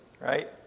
right